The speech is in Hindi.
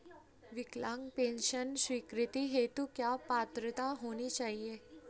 विकलांग पेंशन स्वीकृति हेतु क्या पात्रता होनी चाहिये?